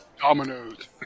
Dominoes